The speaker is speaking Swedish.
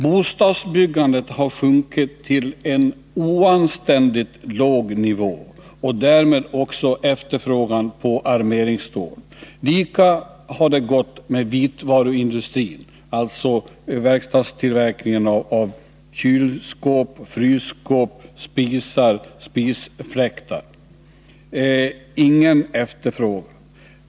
Bostadsbyggandet har sjunkit till en oanständigt låg nivå, och därmed har också efterfrågan på armeringsstål sjunkit. Likadant har det gått med vitvaruindustrin, alltså verkstadstillverkningen av kylskåp, frysskåp, spisar och spisfläktar, där det inte är någon efterfrågan.